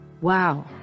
Wow